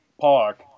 park